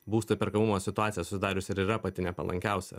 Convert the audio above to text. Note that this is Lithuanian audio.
būsto įperkamumo situacija susidariusi ir yra pati nepalankiausia